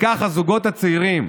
וכך הזוגות הצעירים,